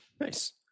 Nice